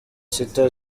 sita